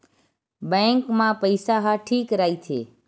Bank मा पईसा ह ठीक राइथे?